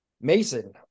Mason